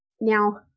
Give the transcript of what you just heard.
Now